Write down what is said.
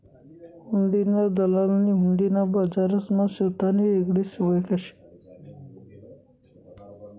हुंडीना दलालनी हुंडी ना बजारमा सोतानी येगळीच वयख शे